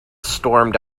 stormed